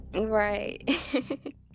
Right